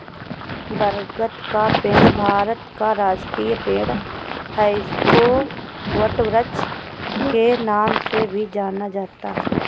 बरगद का पेड़ भारत का राष्ट्रीय पेड़ है इसको वटवृक्ष के नाम से भी जाना जाता है